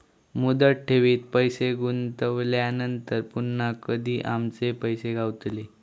मुदत ठेवीत पैसे गुंतवल्यानंतर पुन्हा कधी आमचे पैसे गावतले?